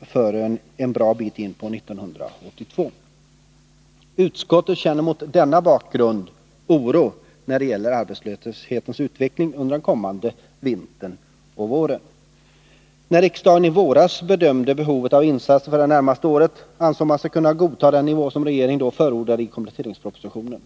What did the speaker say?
förrän en bra bit in på 1982. Arbetsmarknadsutskottet känner mot denna bakgrund oro när det gäller arbetslöshetens utveckling under den kommande vintern och våren. När riksdagen i våras bedömde behovet av insatser för det närmaste året ansåg man sig kunna godta den nivå som regeringen då förordade i kompletteringspropositionen.